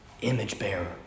image-bearer